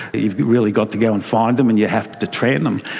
you've really got to go and find them and you have to train them.